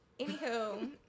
anywho